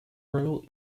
earl